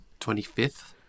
25th